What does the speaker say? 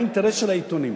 באינטרס של העיתונים,